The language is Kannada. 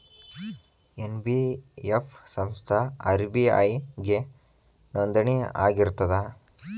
ಎನ್.ಬಿ.ಎಫ್ ಸಂಸ್ಥಾ ಆರ್.ಬಿ.ಐ ಗೆ ನೋಂದಣಿ ಆಗಿರ್ತದಾ?